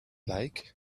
like